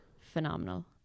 phenomenal